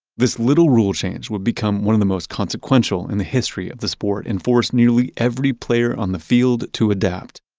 this little rule change would become one of the most consequential in the history of the sport and force nearly every player on the field to adapt.